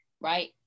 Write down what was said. Right